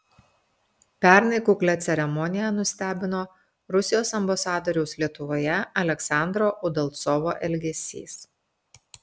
pernai kuklia ceremonija nustebino rusijos ambasadoriaus lietuvoje aleksandro udalcovo elgesys